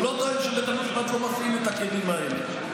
הוא לא טוען שבית המשפט לא מפעיל את הכלים האלה.